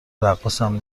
رقاصم